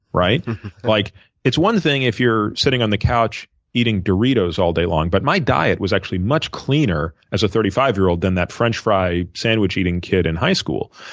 like it's one thing if you're sitting on the couch eating doritos all day long, but my diet was actually much cleaner as a thirty five year old than that french fry, sandwich eating kid in high school.